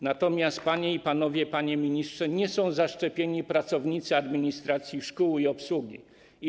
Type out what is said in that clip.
Natomiast, panie i panowie, panie ministrze, nie są zaszczepieni pracownicy administracji i obsługi szkół.